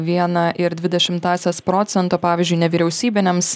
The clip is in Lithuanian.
vieną ir dvi dešimtąsias procento pavyzdžiui nevyriausybinėms